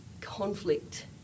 conflict